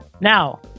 Now